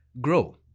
grow